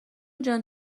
جان